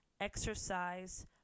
exercise